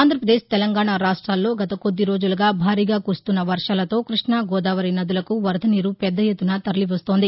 ఆంధ్రప్రదేశ్ తెలంగాణా రాష్ట్రాల్లో గత కొద్ది రోజులుగా భారీగా కురుస్తున్న వర్షాలతో కృష్ణా గోదావరి నదులకు వరదనీరు పెద్దఎత్తున తరలివస్తోంది